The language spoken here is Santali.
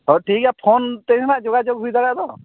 ᱦᱚᱸ ᱴᱷᱤᱠ ᱜᱮᱭᱟ ᱯᱷᱳᱱ ᱛᱮᱜᱮ ᱱᱟᱦᱟᱜ ᱡᱳᱜᱟᱡᱳᱜᱽ ᱦᱩᱭ ᱫᱟᱲᱮᱭᱟᱜ ᱫᱚ